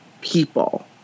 people